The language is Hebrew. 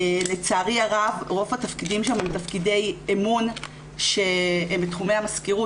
לצערי הרב רוב התפקידים שם הם תפקידי אמון שבתחומי המזכירות